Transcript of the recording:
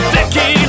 Vicky